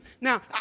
Now